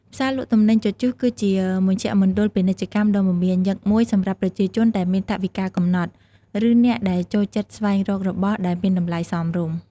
ផ្សារលក់ទំនិញជជុះ គឺជាមជ្ឈមណ្ឌលពាណិជ្ជកម្មដ៏មមាញឹកមួយសម្រាប់ប្រជាជនដែលមានថវិកាកំណត់ ឬអ្នកដែលចូលចិត្តស្វែងរករបស់ដែលមានតម្លៃសមរម្យ។